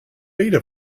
beta